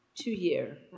two-year